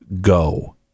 go